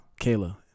Kayla